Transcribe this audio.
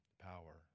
power